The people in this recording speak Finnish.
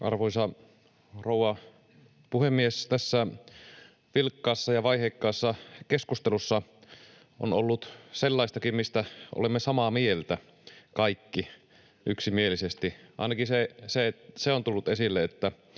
Arvoisa rouva puhemies! Tässä vilkkaassa ja vaiheikkaassa keskustelussa on ollut sellaistakin, mistä olemme kaikki samaa mieltä, yksimielisesti. Ainakin se on tullut esille,